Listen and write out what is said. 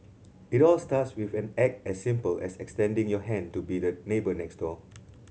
it all starts with an act as simple as extending your hand to be the neighbour next door